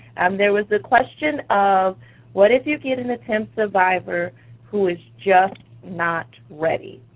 there was the question of what if you get an attempt survivor who is just not ready?